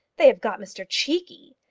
they have got mr cheekey!